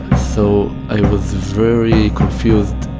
so i was very confused.